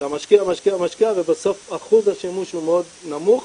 אתה משקיע משקיע משקיע ובסוף אחוז השימוש הוא מאוד נמוך.